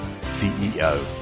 CEO